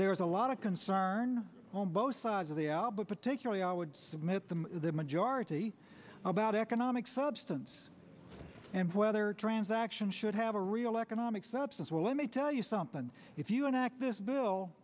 there was a lot of concern on both sides of the album particularly i would submit them the majority about economic substance and whether a transaction should have a real economic substance well let me tell you something if you enact this bill